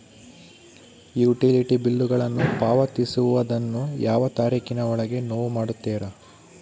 Utility ಬಿಲ್ಲುಗಳನ್ನು ಪಾವತಿಸುವದನ್ನು ಯಾವ ತಾರೇಖಿನ ಒಳಗೆ ನೇವು ಮಾಡುತ್ತೇರಾ?